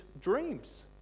dreams